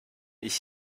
ich